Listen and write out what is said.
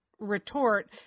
retort